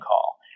call